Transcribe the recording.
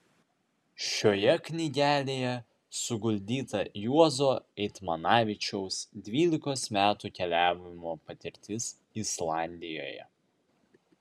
šioje knygelėje suguldyta juozo eitmanavičiaus dvylikos metų keliavimo patirtis islandijoje